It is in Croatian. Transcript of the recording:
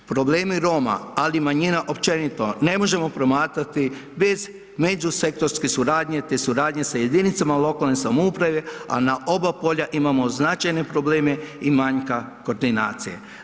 Problemi Roma, ali i manjina općenito ne možemo promatrati bez međusektorske suradnje, te suradnje sa jedinicama lokalne samouprave, a na oba polja imamo značajne probleme i manjka koordinacije.